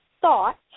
thought